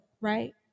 right